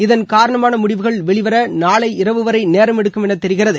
இதன் காரணமாக முடிவுகள் வெளிவர நாளை இரவு வரை நேரம் எடுக்கும் என தெரிகிறது